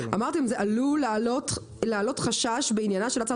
אמרתם שזה עלול להעלות חשש בעניינה של הצעת